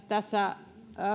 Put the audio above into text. tässä